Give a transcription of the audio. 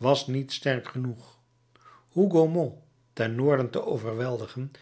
was niet sterk genoeg hougomont ten noorden te overweldigen